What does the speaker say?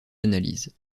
analyses